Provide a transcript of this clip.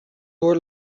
door